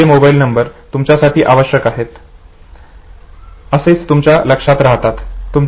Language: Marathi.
जे मोबाईल नंबर तुमच्यासाठी आवश्यक आहेत असेच तुमच्या लक्षात राहतात